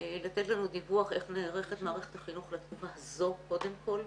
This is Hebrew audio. לתת לנו דיווח איך נערכת מערכת החינוך בתקופה הזו קודם כול,